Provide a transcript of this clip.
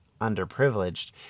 underprivileged